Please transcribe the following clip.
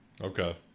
Okay